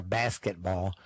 basketball